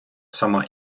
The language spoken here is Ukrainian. сама